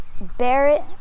Barrett